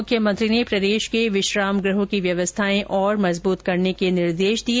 मुख्यमंत्री ने प्रदेश के विश्राम गृहों की व्यवस्थाएं और मजबूत करने के निर्देश दिए